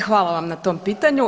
E, hvala vam na tom pitanju.